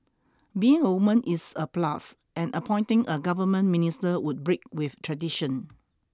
being a woman is a plus and appointing a government minister would break with tradition